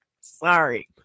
sorry